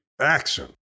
action